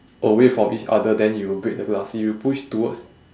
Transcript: away from each other then it will break the glass if you push towards